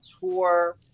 tour